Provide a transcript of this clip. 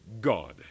God